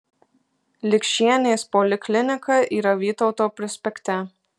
likšienės poliklinika yra vytauto prospekte